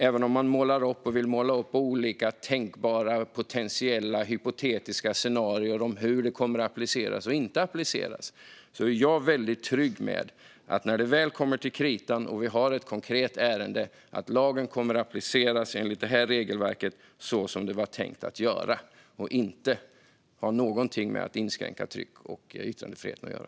Även om man målar upp olika tänkbara, potentiella, hypotetiska scenarier om hur detta kommer att appliceras och inte appliceras är jag väldigt trygg med, när det väl kommer till kritan och vi har ett konkret ärende, att lagen kommer att appliceras enligt det här regelverket så som det var tänkt. Det kommer inte att ha någonting med att inskränka tryck och yttrandefriheten att göra.